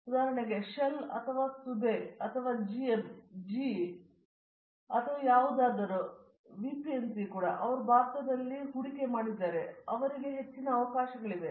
ಆದ್ದರಿಂದ ಉದಾಹರಣೆಗೆ ಶೆಲ್ ಅಥವಾ ಸಬೆಯ್ ಅಥವಾ GM ಜಿಇ ಅಥವಾ ಯಾವುದನ್ನಾದರೂ ವಿಪಿಎನ್ಜಿ ಕೂಡ ಅವರು ಭಾರತದಲ್ಲಿವೆ ಮತ್ತು ಆದ್ದರಿಂದ ಅವರಿಗೆ ಹೆಚ್ಚಿನ ಅವಕಾಶಗಳಿವೆ